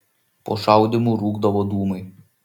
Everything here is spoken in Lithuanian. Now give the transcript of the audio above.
po šaudymų rūkdavo dūmai